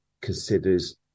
considers